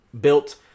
built